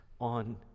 on